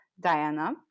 diana